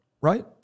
Right